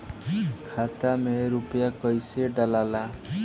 खाता में रूपया कैसे डालाला?